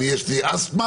יש לי אסתמה,